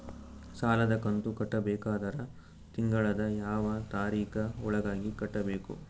ಸಾಲದ ಕಂತು ಕಟ್ಟಬೇಕಾದರ ತಿಂಗಳದ ಯಾವ ತಾರೀಖ ಒಳಗಾಗಿ ಕಟ್ಟಬೇಕು?